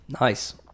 Nice